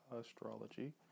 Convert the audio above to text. astrology